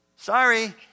Sorry